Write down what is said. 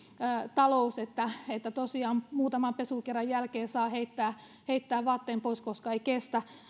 on huolestuttavaa että tosiaan muutaman pesukerran jälkeen saa heittää heittää vaatteen pois koska se ei kestä